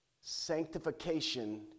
Sanctification